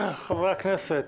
חברי הכנסת,